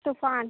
तूफान